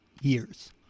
years